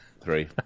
Three